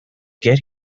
get